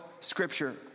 Scripture